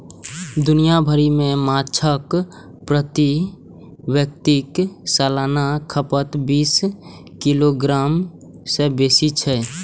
दुनिया भरि मे माछक प्रति व्यक्ति सालाना खपत बीस किलोग्राम सं बेसी छै